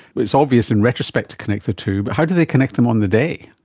it's obvious in retrospect to connect the two but how did they connect them on the day?